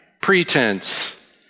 pretense